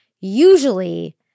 usually